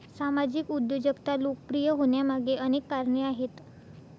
सामाजिक उद्योजकता लोकप्रिय होण्यामागे अनेक कारणे आहेत